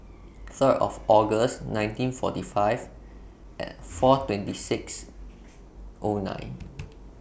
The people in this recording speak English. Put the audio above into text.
Third of August nineteen forty five four twenty six O nine